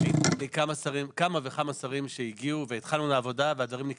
היו כמה וכמה שרים שהגיעו והתחלנו עבודה והדברים נקטעו,